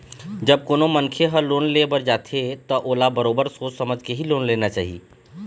जब कोनो मनखे ह लोन ले बर जाथे त ओला बरोबर सोच समझ के ही लोन लेना चाही